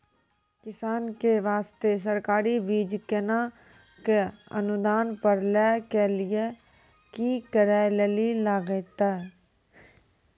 किसान के बास्ते सरकारी बीज केना कऽ अनुदान पर लै के लिए की करै लेली लागतै?